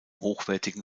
hochwertigen